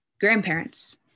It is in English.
grandparents